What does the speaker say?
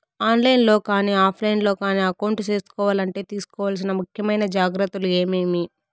On line లో కానీ offline లో కానీ అకౌంట్ సేసుకోవాలంటే తీసుకోవాల్సిన ముఖ్యమైన జాగ్రత్తలు ఏమేమి?